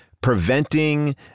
preventing